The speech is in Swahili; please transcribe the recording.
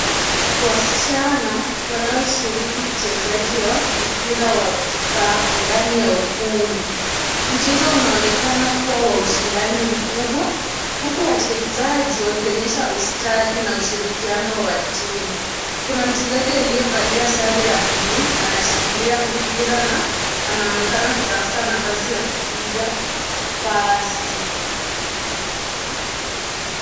Wasichana wanaoshiriki uchezaji wa mpira wa kikapu ndani ya ukumbi. Mchezo unaonekana kuwa wa ushindani mkubwa huku wachezaji wakionyesha ustadi na ushirikiaano wa timu. Kuna mchezaji aliyevalia sare ya bluu ameshikilia mpira na anaonekana kutafuta nafasi ya kupiga pasi.